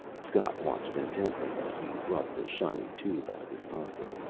scott watched intently as he brought the shiny tube out of his pocket.